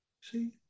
See